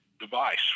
device